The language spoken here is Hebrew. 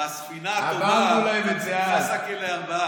והספינה טובעת, חסקה לארבעה.